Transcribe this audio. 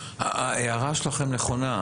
ההערה שלכן נכונה.